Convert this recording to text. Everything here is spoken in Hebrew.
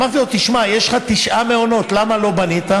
אמרתי לו: תשמע, יש לך תשעה מעונות, למה לא בנית?